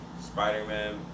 Spider-Man